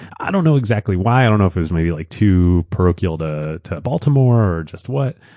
i don't know exactly why. i don't know if it was maybe like too parochial to to baltimore or just what,